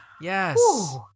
Yes